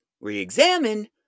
re-examine